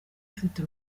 ufite